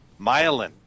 Myelin